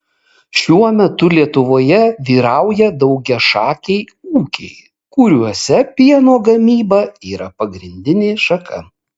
šiuo metu lietuvoje vyrauja daugiašakiai ūkiai kuriuose pieno gamyba yra pagrindinė šaka